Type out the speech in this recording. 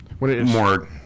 more